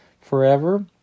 forever